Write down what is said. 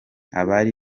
abari